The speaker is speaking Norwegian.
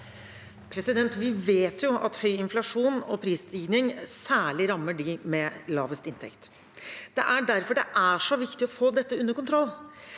Vi vet jo at høy inflasjon og prisstigning særlig rammer dem med lavest inntekt. Det er derfor det er så viktig å få dette under kontroll.